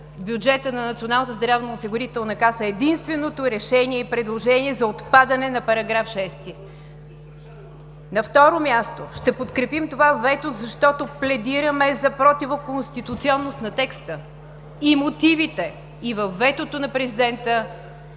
каса, единственото решение и предложение за отпадане на § 6. На второ място, ще подкрепим това вето, защото пледираме за противоконституционност на текста. Мотивите във ветото на Президента